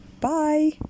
Bye